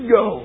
go